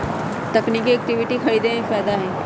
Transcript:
तकनिकिये इक्विटी खरीदे में फायदा हए